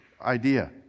idea